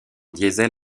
diesel